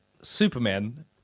Superman